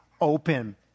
open